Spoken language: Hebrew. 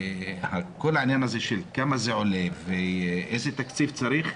כל העניין הזה של כמה זה עולה ואיזה תקציב צריך,